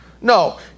No